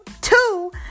two